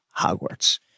Hogwarts